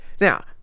Now